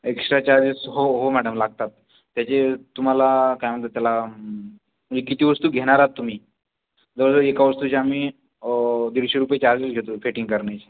extra charges हो हो madam लागतात त्याचे तुम्हाला काय म्हणतात त्याला म्हणजे किती वस्तू घेणार आहात तुम्ही जवळजवळ एका वस्तूचे आम्ही दीडशे रुपये चार्जेस घेतो फेटींग करण्याचे